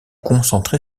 concentrée